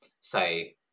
say